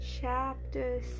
chapter